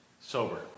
Sober